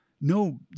No